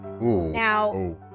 Now